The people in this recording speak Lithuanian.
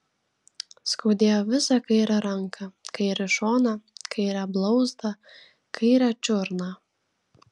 skaudėjo visą kairę ranką kairį šoną kairę blauzdą kairę čiurną